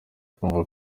kumva